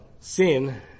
sin